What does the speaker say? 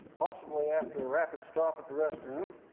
possibly after a rapid stop at the restroom.